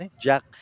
Jack